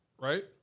right